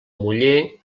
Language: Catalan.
muller